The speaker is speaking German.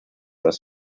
das